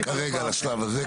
כרגע לשלב הזה.